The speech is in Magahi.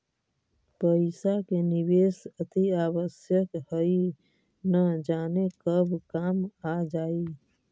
पइसा के निवेश अतिआवश्यक हइ, न जाने कब काम आ जाइ